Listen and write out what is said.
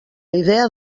idea